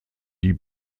die